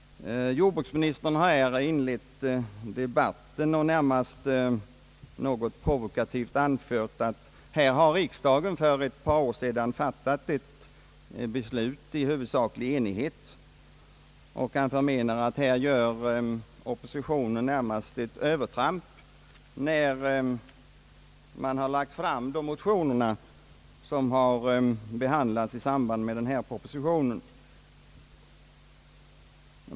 Jordbruksministern har inlett debatten och i vis mån provokativt anfört att här har riksdagen för ett par år sedan fattat ett i huvudsak enigt principbeslut. Han menar att oppositionen då närmast gör sig skyldig till ett övertramp när man i år lägger fram de motioner som här har behandlats i samband med föreliggande proposition.